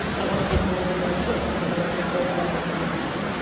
i want to give more than i took because i don't wanna owe anybody anything.